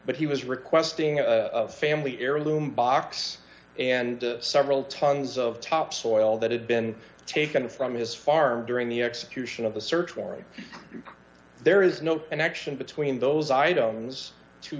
but he was requesting a family heirloom box and several tons of topsoil that had been taken from his farm during the execution of the search warrant there is no connection between those items to